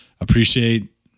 appreciate